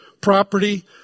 property